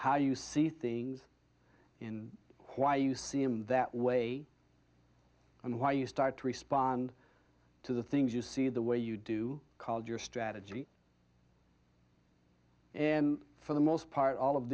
how you see things in why you see him that way and why you start to respond to the things you see the way you do called your strategy and for the most part all of